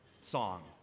song